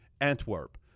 Antwerp